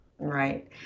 Right